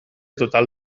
total